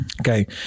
okay